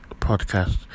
podcast